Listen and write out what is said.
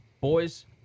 Boys